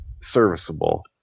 serviceable